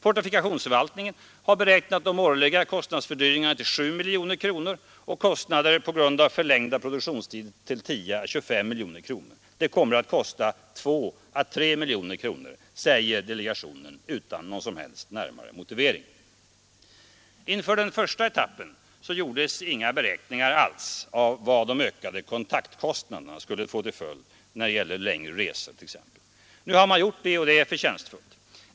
Fortifikationsförvaltningen har beräknat de årliga kostnadsfördyringarna till 7 miljoner kronor och kostnader på grund av förlängda produktionstider till 10 å 25 miljoner kronor. Det kommer att kosta 2 å 3 miljoner kronor, säger delegationen utan någon som helst närmare motivering. Inför den första etappen gjordes inga beräkningar alls av de ökade kontaktkostnaderna. Nu har man gjort det, och det är förtjänstfullt.